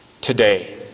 today